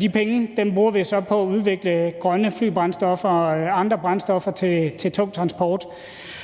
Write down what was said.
De penge bruger vi så på at udvikle grønne flybrændstoffer og andre brændstoffer til tung transport.